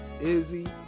Izzy